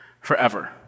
forever